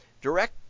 Direct